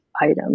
item